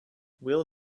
will